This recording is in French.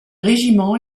régiment